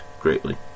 greatly